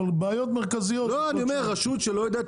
אבל בעיות מרכזיות --- רשות שלא יודעת